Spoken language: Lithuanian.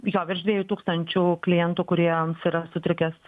jo virš dviejų tūkstančių klientų kuriems yra sutrikęs